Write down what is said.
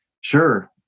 Sure